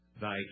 thy